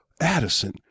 Addison